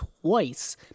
twice